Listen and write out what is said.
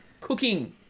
cooking